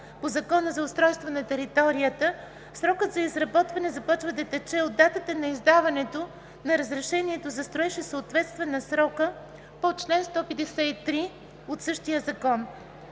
по Закона за устройство на територията, срокът за изработване започва да тече от датата на издаването на разрешението за строеж и съответства на срока по чл. 153 от същия закон.